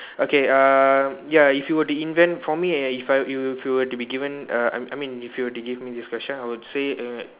okay err ya if you were to invent for me eh if if you were to be given I I mean if you were to give me this question I would say uh